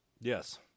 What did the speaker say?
Yes